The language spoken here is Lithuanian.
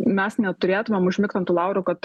mes neturėtumėm užmigt ant tų laurų kad